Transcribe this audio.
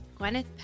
Gwyneth